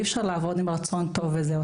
אי-אפשר לעבוד עם רצון טוב וזהו.